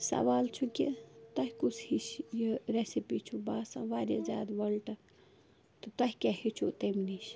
سوال چھُ کہِ تۄہہِ کُس ہِش یہِ رٮ۪سِپی چھُو باسان واریاہ زیادٕ وٕلٹہٕ تہٕ تۄہہِ کیٛاہ ہیٚچھُو تَمہِ نِش